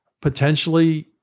potentially